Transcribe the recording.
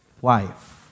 wife